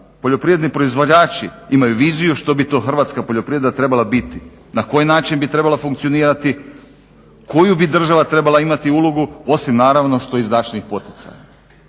poljoprivredni proizvođači imaju viziju što bi to hrvatska poljoprivreda trebala biti, na koji način bi trebala funkcionirati, koju bi država trebala imati ulogu, osim naravno što izdašnijih poticaja.